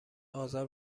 آزار